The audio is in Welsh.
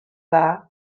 dda